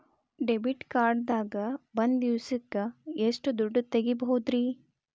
Debit card ದಾಗ ಒಂದ್ ದಿವಸಕ್ಕ ಎಷ್ಟು ದುಡ್ಡ ತೆಗಿಬಹುದ್ರಿ?